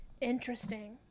Interesting